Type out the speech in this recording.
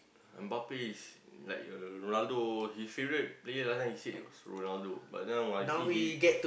Bape is like uh Ronaldo his favourite player last time he said it was Ronaldo but now I think he